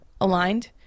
aligned